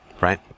Right